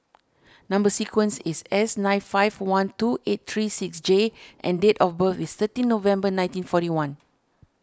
Number Sequence is S nine five one two eight three six J and date of birth is thirteen November nineteen forty one